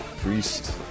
Priest